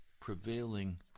prevailing